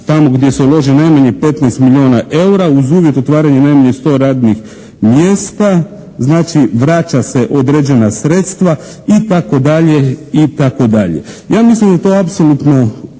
tamo gdje se uloži najmanje 15 milijuna eura uz uvjet otvaranja najmanje 100 radnih mjesta. Znači, vraća se određena sredstva itd. Ja mislim da je to apsolutno